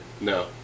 No